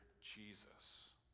Jesus